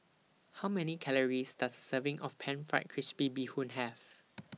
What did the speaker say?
How Many Calories Does A Serving of Pan Fried Crispy Bee Hoon Have